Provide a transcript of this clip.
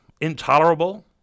intolerable